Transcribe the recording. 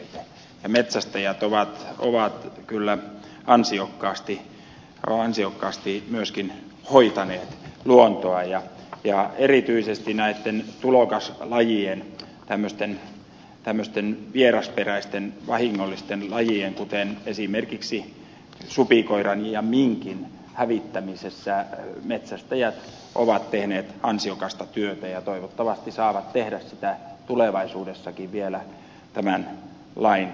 ja metsästäjät ovat kyllä myöskin ansiokkaasti hoitaneet luontoa ja erityisesti näitten tulokaslajien tämmöisten vierasperäisten vahingollisten lajien kuten esimerkiksi supikoiran ja minkin hävittämisessä metsästäjät ovat tehneet ansiokasta työtä ja toivottavasti saavat tehdä sitä tulevaisuudessakin vielä tämänkin lain puitteissa